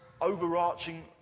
overarching